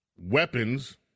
weapons